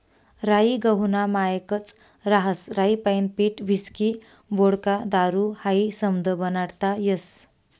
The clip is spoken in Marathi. राई गहूना मायेकच रहास राईपाईन पीठ व्हिस्की व्होडका दारू हायी समधं बनाडता येस